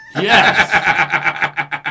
Yes